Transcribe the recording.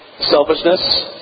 Selfishness